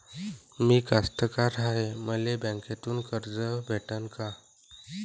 मी कास्तकार हाय, मले बँकेतून कर्ज भेटन का?